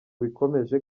bikomeje